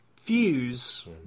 fuse